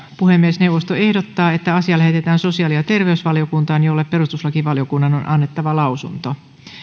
puhemiesneuvosto ehdottaa että asia lähetetään sosiaali ja terveysvaliokuntaan jolle perustuslakivaliokunnan on annettava lausunto